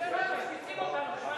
משמיצים אותנו.